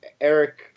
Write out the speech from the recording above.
Eric